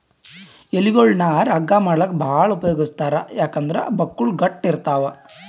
ಎಲಿಗೊಳ್ ನಾರ್ ಹಗ್ಗಾ ಮಾಡ್ಲಾಕ್ಕ್ ಭಾಳ್ ಉಪಯೋಗಿಸ್ತಾರ್ ಯಾಕಂದ್ರ್ ಬಕ್ಕುಳ್ ಗಟ್ಟ್ ಇರ್ತವ್